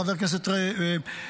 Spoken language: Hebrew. חבר הכנסת קריב,